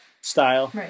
style